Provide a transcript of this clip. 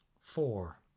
Four